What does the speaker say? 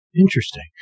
Interesting